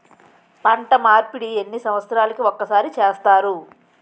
పంట మార్పిడి ఎన్ని సంవత్సరాలకి ఒక్కసారి చేస్తారు?